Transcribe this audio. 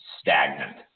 stagnant